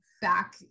Back